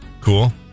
Cool